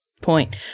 point